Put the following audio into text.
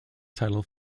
title